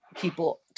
people